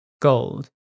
gold